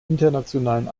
internationalen